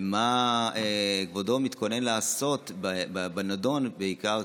מה כבודו מתכונן לעשות בנדון בעיקר,